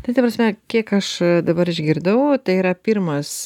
tai ta prasme kiek aš dabar išgirdau tai yra pirmas